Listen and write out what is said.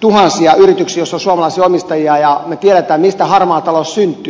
tuhansia yrityksiä joissa on suomalaisia omistajia ja me tiedämme mistä harmaa talous syntyy